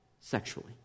sexually